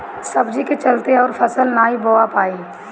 सब्जी के चलते अउर फसल नाइ बोवा पाई